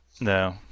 No